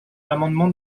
l’amendement